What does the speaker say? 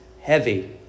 heavy